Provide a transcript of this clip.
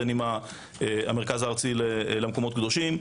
בין אם במרכז הארצי למקומות הקדושים,